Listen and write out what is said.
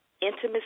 intimacy